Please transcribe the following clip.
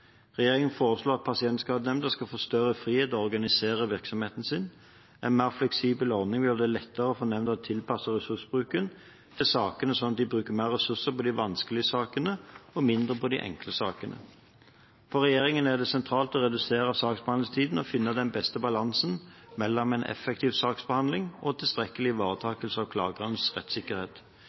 Regjeringen foreslår at Pasientskadenemnda skal få større frihet til å organisere virksomheten sin. En mer fleksibel ordning vil gjøre det lettere for nemnda å tilpasse ressursbruken til sakene, slik at den bruker mer ressurser på de vanskelige sakene og mindre på de enklere sakene. For regjeringen er det sentrale å redusere saksbehandlingstiden og å finne den beste balansen mellom effektiv saksbehandling og tilstrekkelig ivaretakelse av klagernes rettssikkerhet.